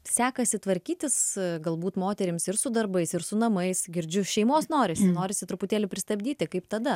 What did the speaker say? sekasi tvarkytis galbūt moterims ir su darbais ir su namais girdžiu šeimos norisi norisi truputėlį pristabdyti kaip tada